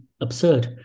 absurd